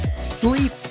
sleep